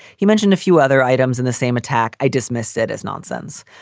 he mentioned a few other items in the same attack. i dismissed it as nonsense.